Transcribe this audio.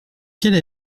quelle